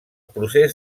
procés